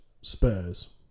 Spurs